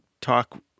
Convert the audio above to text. talk